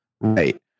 right